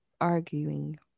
arguing